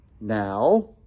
now